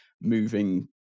moving